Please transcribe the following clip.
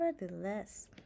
Nevertheless